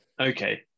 okay